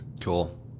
Cool